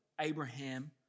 Abraham